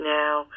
now